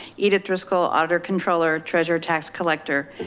edith driscoll, auditor controller treasurer tax collector.